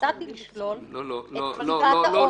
שהצעתי לשלול את חומרת העונש.